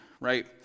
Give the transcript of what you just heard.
right